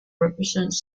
represents